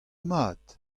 mat